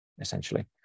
essentially